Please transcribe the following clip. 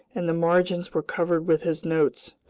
and the margins were covered with his notes,